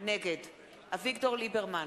נגד אביגדור ליברמן,